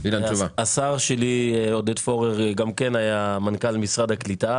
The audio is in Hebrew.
השר שלי, עודד פורר, גם כן היה מנכ"ל משרד הקליטה.